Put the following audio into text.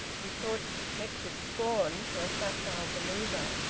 he thought he detected scorn for a facile believer.